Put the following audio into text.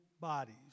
bodies